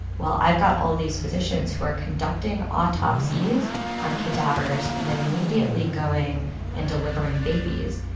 well, i've got all these physicians who are conducting autopsies on cadavers and then immediately going and delivering babies.